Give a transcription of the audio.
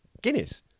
Guinness